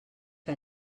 que